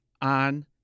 on